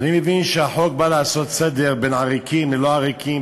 אני מבין שהחוק בא לעשות סדר בין עריקים ללא-עריקים